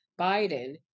Biden